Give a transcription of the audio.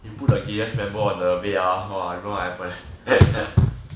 you put G_S member on the bed ah !wah! don't know what happen